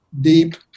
deep